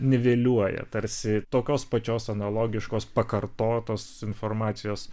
niveliuoja tarsi tokios pačios analogiškos pakartotos informacijos